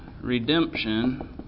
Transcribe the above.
redemption